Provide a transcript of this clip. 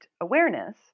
awareness